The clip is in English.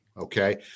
okay